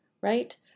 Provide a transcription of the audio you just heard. right